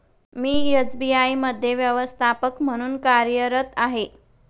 मी SBI मध्ये व्यवस्थापक म्हणून कार्यरत आहे